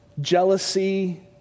jealousy